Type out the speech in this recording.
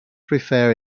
prefer